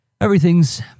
everything's